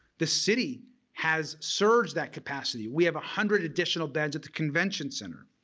the city has surged that capacity. we have a hundred additional beds at the convention center,